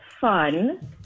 Fun